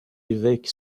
évêque